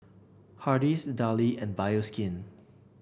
Hardy's Darlie and Bioskin